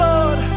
Lord